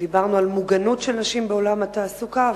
דיברנו על מוגנות של נשים בעולם התעסוקה,